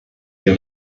wir